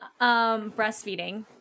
Breastfeeding